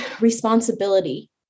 responsibility